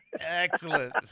Excellent